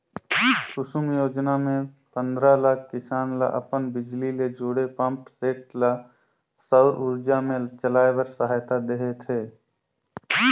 कुसुम योजना मे पंदरा लाख किसान ल अपन बिजली ले जुड़े पंप सेट ल सउर उरजा मे चलाए बर सहायता देह थे